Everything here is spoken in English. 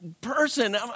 person